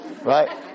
right